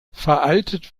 veraltet